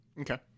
Okay